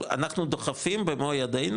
אנחנו דוחפים במו ידינו,